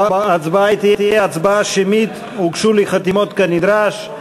ההצבעה תהיה הצבעה שמית, הוגשו לי חתימות כנדרש.